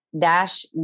dash